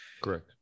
Correct